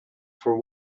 for